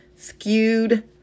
Skewed